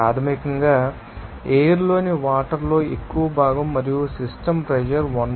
ప్రాథమికంగా ఎయిర్ లోని వాటర్ లో ఎక్కువ భాగం మరియు సిస్టమ్ ప్రెషర్ 1